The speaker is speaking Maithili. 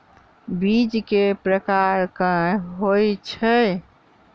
बीज केँ प्रकार कऽ होइ छै?